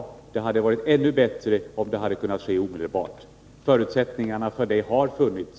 Men det hade varit ännu bättre om det hade kunnat ske omedelbart. Förutsättningarna härför har funnits.